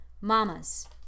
Mamas